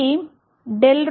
అది ∂ρ∂tj0